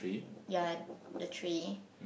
ya the tree